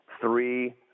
three